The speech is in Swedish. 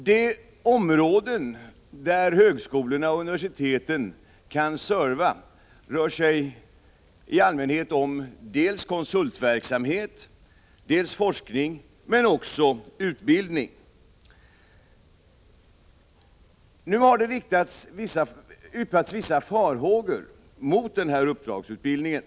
De områden där högskolorna och universiteten kan serva är i allmänhet konsultverksamhet, forskning men också utbildning. Nu har det hysts vissa farhågor mot uppdragsutbildningen.